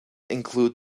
include